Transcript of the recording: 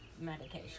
medication